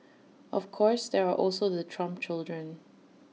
of course there are also the Trump children